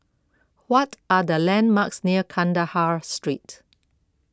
what are the landmarks near Kandahar Street